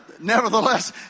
nevertheless